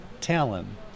talon